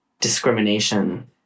discrimination